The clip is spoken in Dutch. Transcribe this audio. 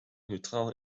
neutraal